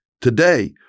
Today